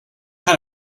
kind